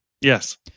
Yes